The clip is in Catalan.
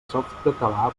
softcatalà